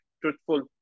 Truthful